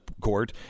court